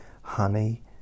honey